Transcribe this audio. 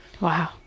Wow